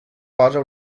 posa